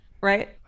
Right